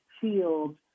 field